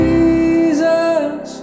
Jesus